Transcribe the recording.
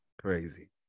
Crazy